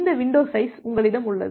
இந்த window size உங்களிடம் உள்ளது